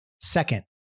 Second